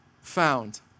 found